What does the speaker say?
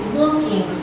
looking